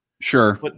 Sure